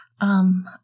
Um